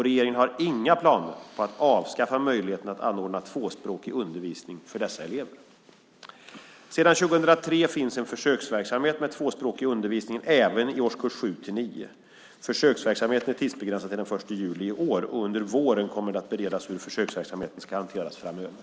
Regeringen har inga planer på att avskaffa möjligheten att anordna tvåspråkig undervisning för dessa elever. Sedan 2003 finns en försöksverksamhet med tvåspråkig undervisning även i årskurs 7-9. Försöksverksamheten är tidsbegränsad till den 1 juli i år. Under våren kommer det att beredas hur försöksverksamheten ska hanteras framöver.